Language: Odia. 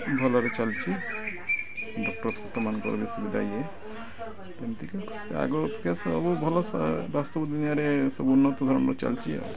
ଭଲରେ ଚାଲିଛି ଡକ୍ଟର ଫକ୍ଟରମାନଙ୍କର ବି ସୁବିଧା ଇଏ ଏମତି କି ଆଗ ଅପେକ୍ଷା ସବୁ ଭଲ ବାସ୍ତବ ଦୁନିଆରେ ସବୁ ଉନ୍ନତ ଧରଣର ଚାଲିଛି ଆଉ